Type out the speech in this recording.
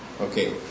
Okay